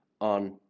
on